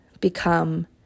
become